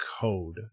code